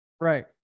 right